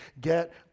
get